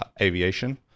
aviation